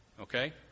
Okay